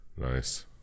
Nice